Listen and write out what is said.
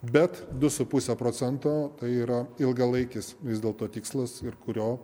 bet du su puse procento tai yra ilgalaikis vis dėlto tikslas ir kurio